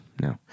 no